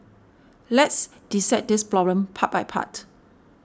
let's dissect this problem part by part